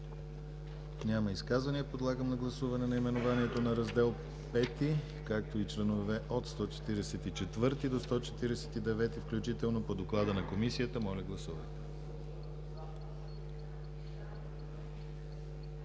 Няма. Подлагам на гласуване наименованието на Раздел V, както и членове от 144 до 149 включително по доклада на Комисията. Гласували